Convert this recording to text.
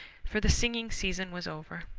for the singing season was over.